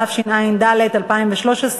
התשע"ד 2013,